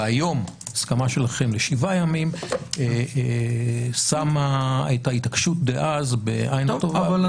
והיום ההסכמה שלכם לשבעה ימים שמה את ההתעקשות דאז בעין לא טובה,